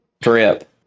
trip